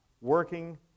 working